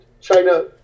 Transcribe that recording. China